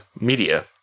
media